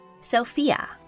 Sophia